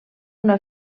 una